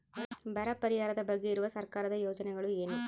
ಬರ ಪರಿಹಾರದ ಬಗ್ಗೆ ಇರುವ ಸರ್ಕಾರದ ಯೋಜನೆಗಳು ಏನು?